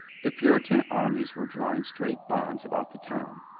the puritan armies were drawing strait bonds about the town.